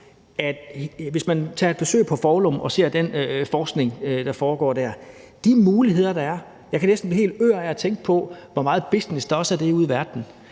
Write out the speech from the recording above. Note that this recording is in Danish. Hvis man tager på besøg på Foulum og ser den forskning, der foregår der, og de muligheder, der er, kan man næsten blive helt ør af at tænke på, hvor meget business der er ude i verden.